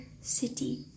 City